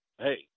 Hey